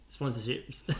Sponsorships